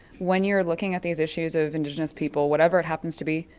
when you're looking at these issues of indigenous people, whatever it happens to be,